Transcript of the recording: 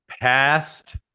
Past